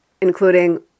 including